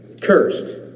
Cursed